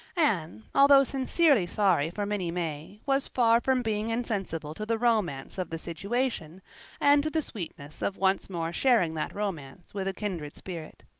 anne, although sincerely sorry for minnie may, was far from being insensible to the romance of the situation and to the sweetness of once more sharing that romance with a kindred spirit.